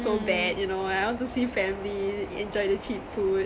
so bad you know I want to see family enjoy the cheap food